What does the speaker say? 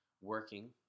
working